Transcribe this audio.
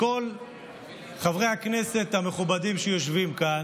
מכל חברי הכנסת המכובדים שיושבים כאן,